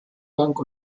bank